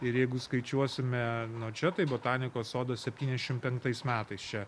ir jeigu skaičiuosime nuo čia tai botanikos sodo septyniasdešimt penktais metais čia